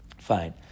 Fine